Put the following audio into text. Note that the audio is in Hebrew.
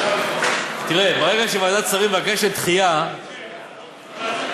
תראה, ברגע שוועדת שרים מבקשת דחייה, איך,